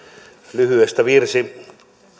lyhyestä virsi